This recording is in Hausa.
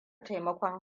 taimakon